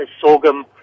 Sorghum